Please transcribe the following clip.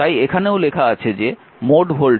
তাই এখানেও লেখা আছে যে মোট ভোল্টেজ v v1 v2